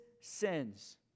sins